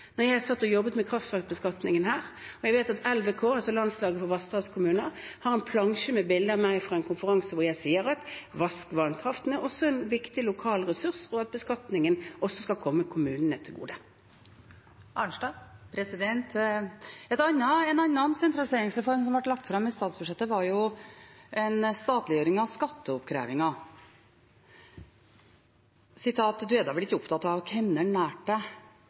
jeg satt her og jobbet med kraftverksbeskatningen. Jeg vet at LVK, Landssamanslutninga av Vasskraftkommunar, har en plansje med bilder av meg fra en konferanse hvor jeg sier at vannkraften er også en viktig lokalressurs, og at beskatningen også skal komme kommunene til gode. En annen sentraliseringsreform som ble lagt fram i statsbudsjettet, var en statliggjøring av skatteoppkrevingen. Sitat: Du er da vel ikke opptatt av